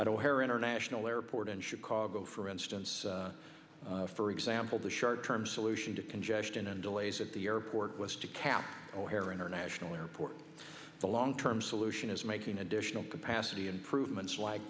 care international airport in chicago for instance for example the short term solution to congestion and delays at the airport was to catch o'hare international airport the long term solution is making additional capacity improvements like